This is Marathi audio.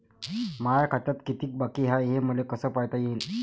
माया खात्यात कितीक बाकी हाय, हे मले कस पायता येईन?